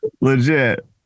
Legit